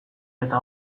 eta